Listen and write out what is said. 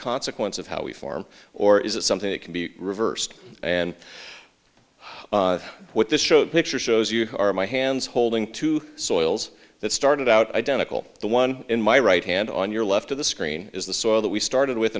consequence of how we form or is it something that can be reversed and what this show picture shows you are my hands holding to soils that started out identical the one in my right hand on your left of the screen is the soil that we started with